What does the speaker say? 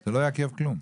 זה לא יעכב כלום.